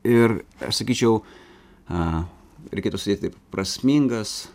ir aš sakyčiau a reikėtų sakyti prasmingas